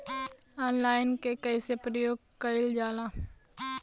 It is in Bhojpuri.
ऑनलाइन के कइसे प्रयोग कइल जाला?